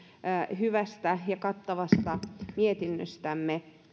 hyvästä ja kattavasta mietinnöstämme